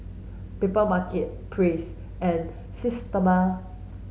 Papermarket Praise and Systema